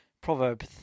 Proverb